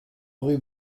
rue